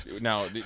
Now